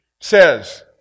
says